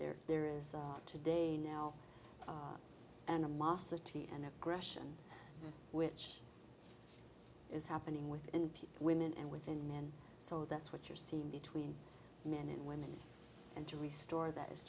there there is today no animosity and aggression which is happening within women and within men so that's what you're seeing between men and women and to restore that is